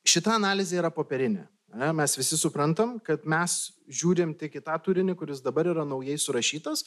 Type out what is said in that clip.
šita analizė yra popierinė ane mes visi suprantam kad mes žiūrim tik į tą turinį kuris dabar yra naujai surašytas